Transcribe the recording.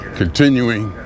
continuing